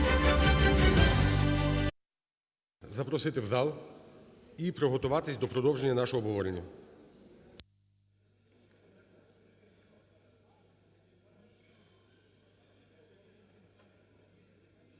запросити в зал і приготуватись до продовження нашого обговорення.